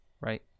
right